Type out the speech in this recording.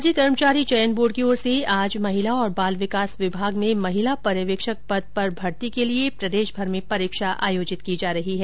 राज्य कर्मचारी चयन बोर्ड की ओर से आज महिला और बाल विकास विभाग में महिला पर्यवेक्षक पद पर भर्ती के लिए परीक्षा आयोजित की जा रही है